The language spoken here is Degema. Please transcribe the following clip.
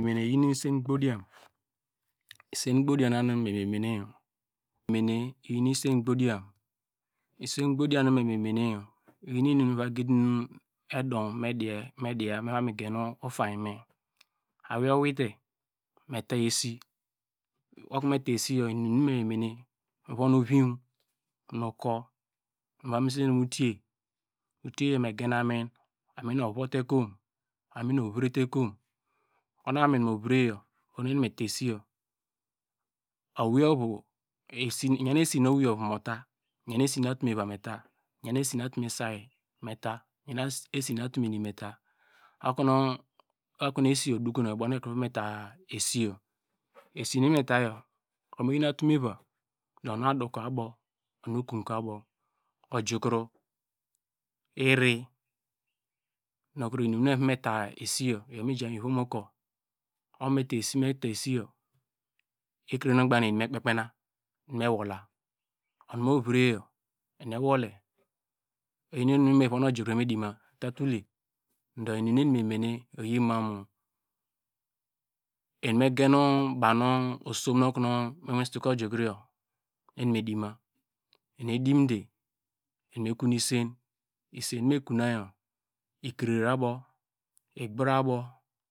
Eni eyinu isen gbodiyam isen gbodiyam na nu mememe ne yor, omene oyin isen gbodiyam nu me me me neyor iyen inum nu me miva yidinu edumedia nu mivamu yenu utanny me, awu oweite mi ta esi, okonu meta esiyor inum nu mi me mene mivon nu ovie nu ukur miva mi semine moutuye, utie megen amin, aminyor ovuwote kom aminyor ovrete kom konu amin muvreyor nu me meta esiyor iyan esinu owu ovu muta iyan esinu atumeva meta iyan esinu atume say meta, esinu atume ni meta okonu esiyor odukon, oyo ubow nu eva mata esiyor esinanu metayor muyi atume va, unuadokur aboo unu- okumkuv abow, ojukro iri, nukro inum nu evameta esiyor iyo inum miju mu ivom ukur, okonu meta esi meta esiyor, ekrenu oqbanke em mekpe kpenu nu me wola, umu movreyor eni ewole, oyinu inum nu ovuno ojukro ovamudi ma otule do inum nu enimemene mamu, em meyen bawnu osom nu komi soke ojukroyor eki me dima, eni edimde, enime konu isen, isen, mekonayor ikrere abow, igbra abow.